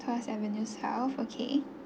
tuas avenues health okay